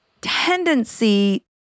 tendency